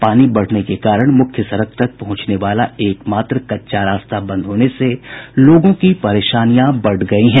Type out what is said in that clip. पानी बढ़ने के कारण मुख्य सड़क तक पहुंचने वाला एक मात्र कच्चा रास्ता बंद होने से लोगों की परेशानियां बढ़ गयी हैं